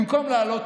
במקום לעלות,